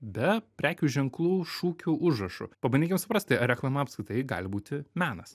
be prekių ženklų šūkių užrašų pabandykim suprasti ar reklama apskritai gali būti menas